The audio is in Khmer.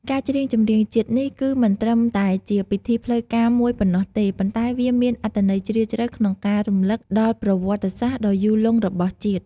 ការច្រៀងចម្រៀងជាតិនេះ គឺមិនត្រឹមតែជាពិធីផ្លូវការមួយប៉ុណ្ណោះទេ ប៉ុន្តែវាមានអត្ថន័យជ្រាលជ្រៅក្នុងការ រំលឹកដល់ប្រវត្តិសាស្ត្រដ៏យូរលង់របស់ជាតិ។